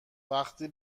وقتی